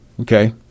Okay